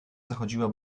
zachodziła